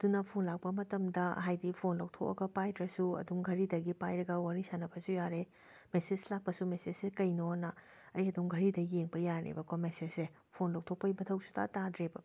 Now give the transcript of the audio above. ꯑꯗꯨꯅ ꯐꯣꯟ ꯂꯥꯛꯄ ꯃꯇꯝꯗ ꯍꯥꯏꯗꯤ ꯐꯣꯟ ꯂꯩꯊꯣꯛꯑꯒ ꯄꯥꯏꯗ꯭ꯔꯁꯨ ꯑꯗꯨꯝ ꯘꯔꯤꯗꯒꯤ ꯄꯥꯏꯔꯒ ꯋꯥꯔꯤ ꯁꯥꯅꯕꯁꯨ ꯌꯥꯔꯦ ꯃꯦꯁꯦꯖ ꯂꯥꯛꯄꯁꯨ ꯃꯦꯁꯦꯖꯁꯦ ꯀꯩꯅꯣꯅ ꯑꯩ ꯑꯗꯨꯝ ꯘꯔꯤꯗ ꯌꯦꯡꯕ ꯌꯥꯔꯦꯕꯀꯣ ꯃꯦꯁꯦꯖꯁꯦ ꯐꯣꯟ ꯂꯧꯊꯣꯛꯄꯩ ꯃꯊꯧ ꯁꯨꯛꯇꯥ ꯇꯥꯗ꯭ꯔꯦꯕ